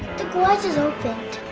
the garage is opened.